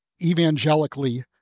evangelically